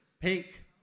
Pink